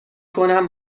کنم